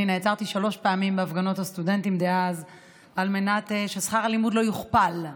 אני נעצרתי שלוש פעמים בהפגנות הסטודנטים אז כדי ששכר הלימוד לא יוכפל,